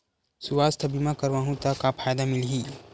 सुवास्थ बीमा करवाहू त का फ़ायदा मिलही?